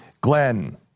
Glenn